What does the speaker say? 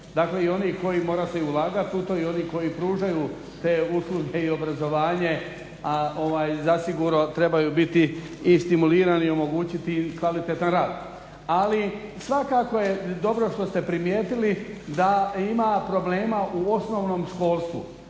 Dakle, i onih koji mora se i ulagati u to i onih koji pružaju te usluge i obrazovanje, a zasigurno trebaju biti i stimulirani i omogućiti kvalitetan rad. Ali, svakako je dobro što ste primijetili da ima problema u osnovnom školstvu,